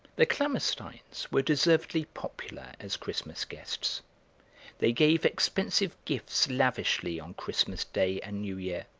the klammersteins were deservedly popular as christmas guests they gave expensive gifts lavishly on christmas day and new year,